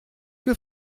que